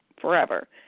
forever